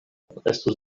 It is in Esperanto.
estus